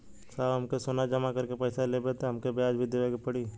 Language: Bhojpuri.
साहब हम सोना जमा करके पैसा लेब त हमके ब्याज भी देवे के पड़ी?